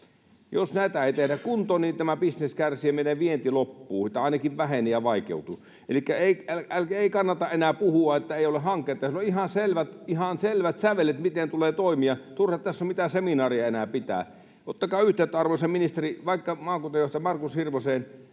Jos näitä ei tehdä kuntoon, tämä bisnes kärsii ja meidän vienti loppuu tai ainakin vähenee ja vaikeutuu. Elikkä ei kannata enää puhua, että ei ole hanketta. On ihan selvät sävelet, miten tulee toimia. Turha tässä on mitään seminaaria enää pitää. Ottakaa yhteyttä, arvoisa ministeri, vaikka maakuntajohtaja Markus Hirvoseen.